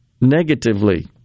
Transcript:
negatively